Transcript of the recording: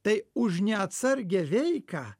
tai už neatsargią veiką